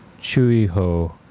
Chuiho